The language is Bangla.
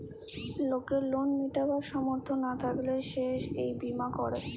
লোকের লোন মিটাবার সামর্থ না থাকলে সে এই বীমা করে